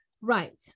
right